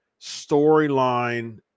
storyline